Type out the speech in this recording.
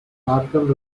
falcon